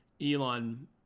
elon